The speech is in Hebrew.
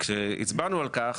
כשהצבענו על כך,